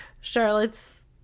Charlotte's